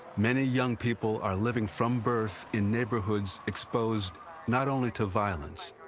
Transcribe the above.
many young people are living from birth in neighborhoods exposed not only to violence,